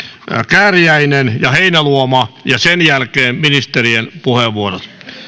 kääriäinen ja heinäluoma sen jälkeen ministerien puheenvuorot